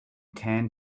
tan